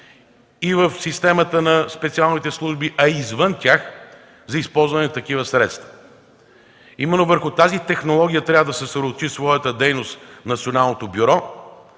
и в системата на специалните служби, а и извън тях за използване на такива средства. Именно върху тази технология трябва да съсредоточи своята дейност Националното бюро,